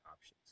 options